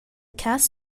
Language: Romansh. cass